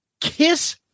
Kiss